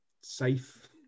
safe